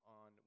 on